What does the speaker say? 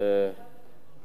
בכבוד.